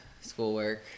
schoolwork